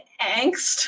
angst